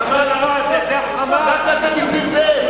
חבר הכנסת נסים זאב.